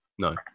No